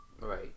Right